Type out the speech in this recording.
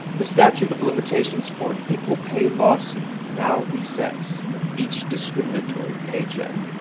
the statute of limitations for an equal-pay lawsuit now resets with each discriminatory paycheck.